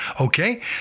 Okay